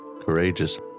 courageous